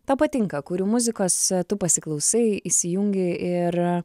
tau patinka kurių muzikos tu pasiklausai įsijungi ir